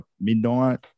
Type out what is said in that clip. midnight